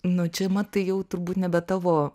nu čia matai jau turbūt nebe tavo